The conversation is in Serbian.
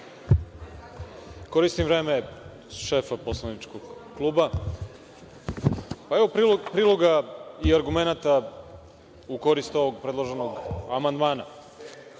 Koristim vreme šefa poslaničkog kluba. Pa, evo priloga i argumenata u korist ovog predloženog amandmana.